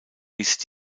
ist